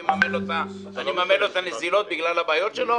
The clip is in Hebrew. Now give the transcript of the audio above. אז אני אממן לו את הנזילות בגלל הבעיות שלו?